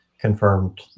confirmed